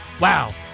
Wow